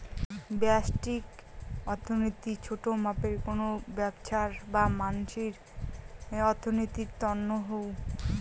ব্যষ্টিক অর্থনীতি ছোট মাপে কোনো ব্যবছার বা মানসির অর্থনীতির তন্ন হউ